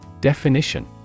Definition